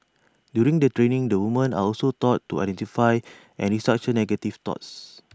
during the training the women are also taught to identify and restructure negative thoughts